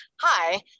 hi